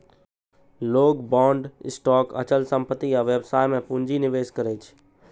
लोग bond, stock, अचल संपत्ति आ व्यवसाय मे पूंजी निवेश करै छै